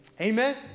amen